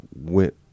went